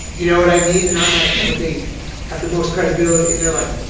you know what i mean? and i'm like, yeah, but they have the most credibility. and they're like,